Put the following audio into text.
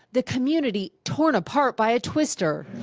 the community torn apart by a twister.